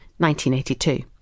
1982